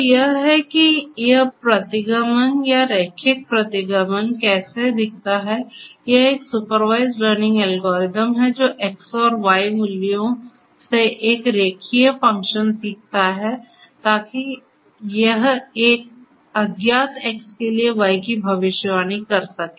तो यह है कि यह प्रतिगमन या रैखिक प्रतिगमन कैसा दिखता है यह एक सुपरवाइज्ड लर्निंग एल्गोरिथम् है जो X और Y मूल्यों से एक रेखीय फंक्शन सीखता है ताकि यह एक अज्ञात X के लिए Y की भविष्यवाणी कर सके